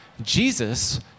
Jesus